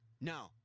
No